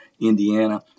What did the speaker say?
Indiana